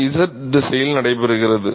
இது z திசையில் நடைபெறுகிறது